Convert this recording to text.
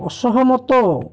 ଅସହମତ